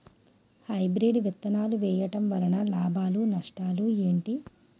Hybrid విత్తనాలు వేయటం వలన లాభాలు నష్టాలు ఏంటి?